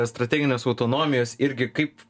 strateginės autonomijos irgi kaip